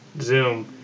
Zoom